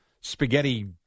spaghetti